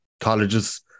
colleges